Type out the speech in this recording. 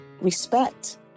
respect